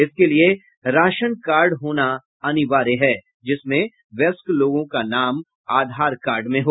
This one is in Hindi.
इसके लिए राशन कार्ड होना अनिवार्य है जिसमें व्यस्क लोगों का नाम आधार कार्ड में हो